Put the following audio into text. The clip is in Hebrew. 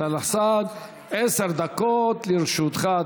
סאלח סעד, עשר דקות לרשותך.